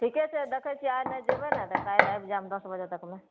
ठीके छै देखै छियै आइ नहि जेबय नहि तऽ काल्हि आबि जायब दस बजे तकमे